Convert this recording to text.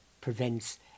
prevents